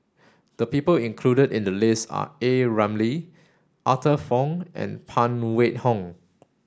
the people included in the list are A Ramli Arthur Fong and Phan Wait Hong